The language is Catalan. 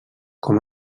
com